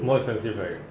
more effective right